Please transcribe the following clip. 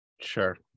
Sure